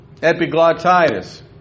Epiglottitis